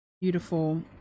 beautiful